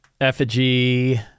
effigy